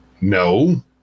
no